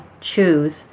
choose